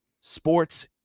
Sports